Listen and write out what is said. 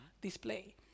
display